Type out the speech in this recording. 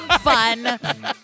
fun